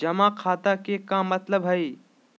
जमा खाता के का मतलब हई?